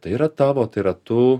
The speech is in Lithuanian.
tai yra tavo tai yra tu